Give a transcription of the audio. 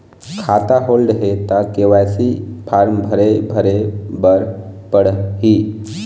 खाता होल्ड हे ता के.वाई.सी फार्म भरे भरे बर पड़ही?